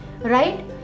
Right